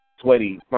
sweaty